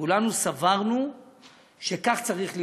כולנו סברנו שכך צריך להיות.